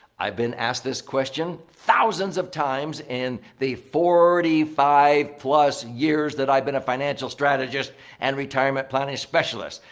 i've been asked this question thousands of times in the forty five plus years that i've been a financial strategist and retirement planning specialist.